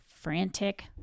frantic